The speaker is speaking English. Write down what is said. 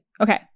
Okay